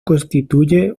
constituye